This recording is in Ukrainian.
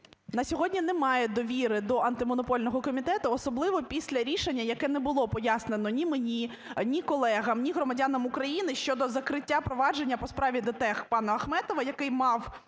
На сьогодні немає довіри до Антимонопольного комітету, особливо після рішення, яке не було пояснено ні мені, ні колегам, ні громадянам України щодо закриття провадження по справі ДТЕК пана Ахметова, який мав